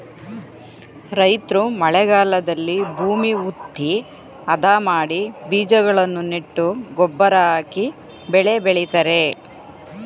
ರೈತ್ರು ಮಳೆಗಾಲದಲ್ಲಿ ಭೂಮಿ ಹುತ್ತಿ, ಅದ ಮಾಡಿ ಬೀಜಗಳನ್ನು ನೆಟ್ಟು ಗೊಬ್ಬರ ಹಾಕಿ ಬೆಳೆ ಬೆಳಿತರೆ